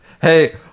Hey